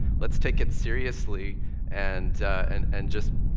let's take it seriously and and and just,